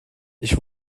ich